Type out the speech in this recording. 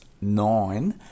nine